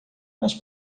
mas